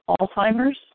Alzheimer's